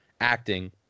acting